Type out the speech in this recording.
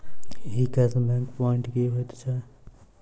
ई cash back point की होइत छैक?